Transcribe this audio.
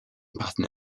pattern